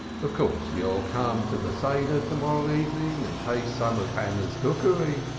of course you'll come to the seder to-morrow evening and taste some of hannah's cookery.